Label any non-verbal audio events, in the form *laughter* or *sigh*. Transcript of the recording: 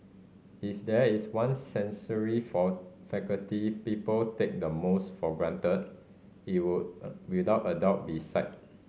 if there is one sensory for faculty people take the most for granted it would *hesitation* without a doubt be sight